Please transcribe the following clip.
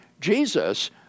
Jesus